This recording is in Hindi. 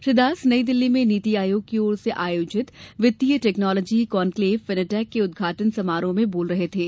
श्री दास नई दिल्ली में नीति आयोग की ओर से आयोजित वित्तीय टैक्नोलॉजी कॉनक्लेव फिनिटैक के उद्घाटन समारोह में बोल रहे थे